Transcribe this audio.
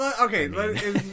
Okay